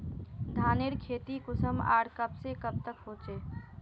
धानेर खेती कुंसम आर कब से कब तक होचे?